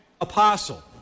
apostle